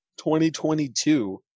2022